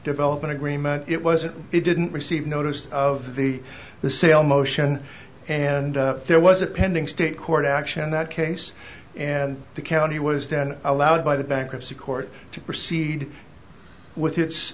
develop an agreement it wasn't it didn't receive notice of the the sale motion and there was a pending state court action in that case and the county was then allowed by the bankruptcy court to proceed w